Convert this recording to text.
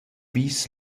vis